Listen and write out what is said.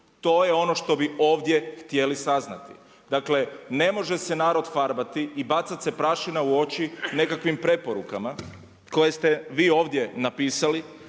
To je ono što bi ovdje htjeli saznati. Dakle ne može se narod farbati i bacat se prašina u oči nekakvim preporukama koje ste vi ovdje napisali,